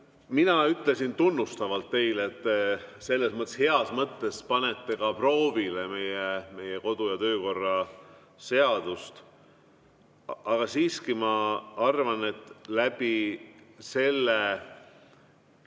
Mina ütlesin tunnustavalt teile, et te heas mõttes panete proovile meie kodu- ja töökorra seadust. Aga siiski, ma arvan, et see